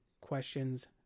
Questions